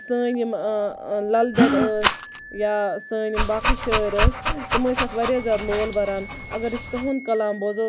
سٲنۍ یِم للدٮ۪د ٲسۍ یا سٲنۍ یِم باقٕے شٲعر ٲسۍ تِم ٲسۍ اَتھ واریاہ زیادٕ لول بَران اَگر أسۍ تُہُند قلام بوزو